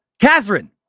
Catherine